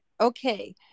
Okay